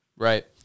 Right